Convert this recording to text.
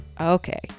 okay